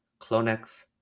Clonex